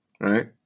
Right